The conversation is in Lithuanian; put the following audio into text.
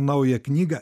naują knygą